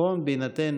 בהינתן